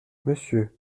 monsieur